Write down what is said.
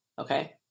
Okay